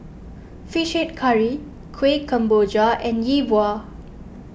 Fish Head Curry Kuih Kemboja and Yi Bua